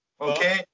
Okay